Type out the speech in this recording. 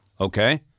Okay